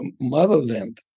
motherland